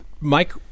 Mike